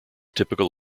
typical